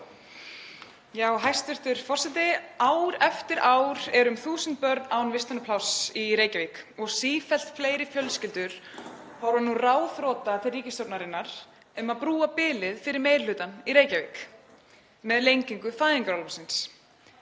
Hæstv. forseti. Ár eftir ár eru um þúsund börn án vistunarpláss í Reykjavík og sífellt fleiri fjölskyldur horfa nú ráðþrota til ríkisstjórnarinnar um að brúa bilið fyrir meiri hlutann í Reykjavík með lengingu fæðingarorlofsins.